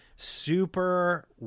super